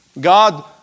God